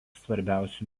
svarbiausių